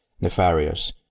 nefarious